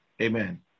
Amen